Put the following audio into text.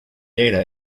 data